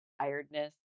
tiredness